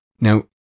Now